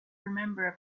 remember